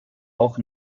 auch